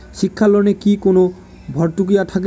শিক্ষার লোনে কি কোনো ভরতুকি থাকে?